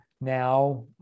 now